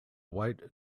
white